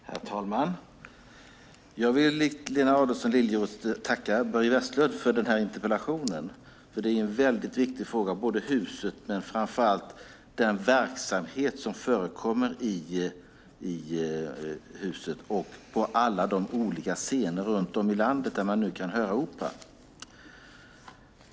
Herr talman! Jag vill likt Lena Adelsohn Liljeroth tacka Börje Vestlund för interpellationen, för det är ju en mycket viktig fråga: huset men framför allt den verksamhet som förekommer i huset och på alla de olika scener runt om i landet där man nu kan höra opera.